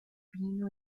pino